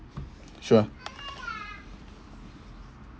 sure